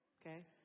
okay